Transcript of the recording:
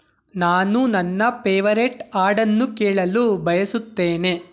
ನಾನು ನನ್ನ ಪೇವರೇಟ್ ಹಾಡನ್ನು ಕೇಳಲು ಬಯಸುತ್ತೇನೆ